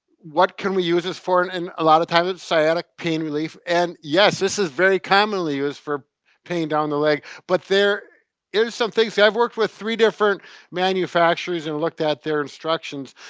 what can we use this for? and and a lot of time, it's sciatic pain relief. and yes, this is very commonly used for pain down the leg, but there is some things that i've worked with three different manufacturers, and looked at their instructions,